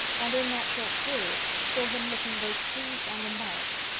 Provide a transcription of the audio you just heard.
and in that short period saw him looking both pleased and embarrassed.